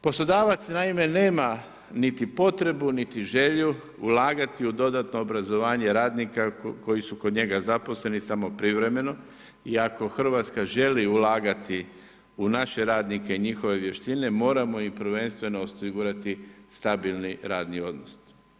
Poslodavac naime nema niti potrebu niti želju ulagati u dodatno obrazovanje radnika koji su kod njega zaposleni samo privremeno i ako Hrvatska želi ulagati u naše radnike i njihove vještine, moramo im prvenstveno osigurati stabilni radni odnos.